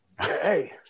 hey